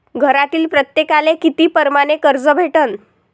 घरातील प्रत्येकाले किती परमाने कर्ज भेटन?